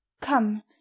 Come